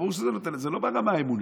ברור שזה לא ברמה האמונית.